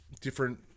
different